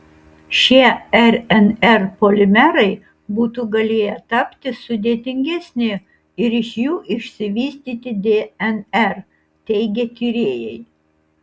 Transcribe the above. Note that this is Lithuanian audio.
šie rnr polimerai būtų galėję tapti sudėtingesni ir iš jų išsivystyti dnr teigia tyrėjai